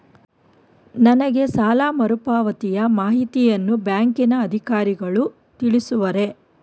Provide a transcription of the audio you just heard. ನನಗೆ ಸಾಲ ಮರುಪಾವತಿಯ ಮಾಹಿತಿಯನ್ನು ಬ್ಯಾಂಕಿನ ಅಧಿಕಾರಿಗಳು ತಿಳಿಸುವರೇ?